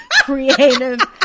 creative